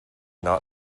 not